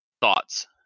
Thoughts